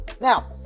Now